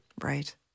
Right